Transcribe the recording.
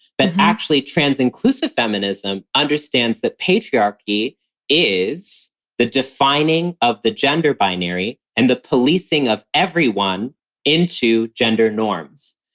but actually trans inclusive feminism understands that patriarchy is the defining of the gender binary and the policing of everyone into gender norms.